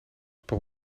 per